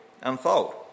unfold